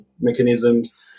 mechanisms